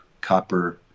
copper